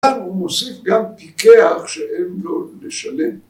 ‫אז הוא מוסיף גם פיקח ‫שאין לו לשלם.